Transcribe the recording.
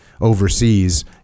overseas